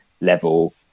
level